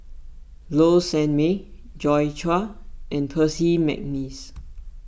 Low Sanmay Joi Chua and Percy McNeice